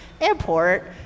airport